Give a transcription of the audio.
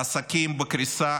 העסקים בקריסה,